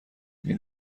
این